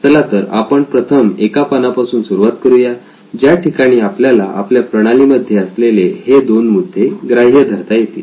चला तर आपण प्रथम एका पाना पासून सुरुवात करुया ज्या ठिकाणी आपल्याला आपल्या प्रणाली मध्ये असलेले हे दोन मुद्दे ग्राह्य धरता येतील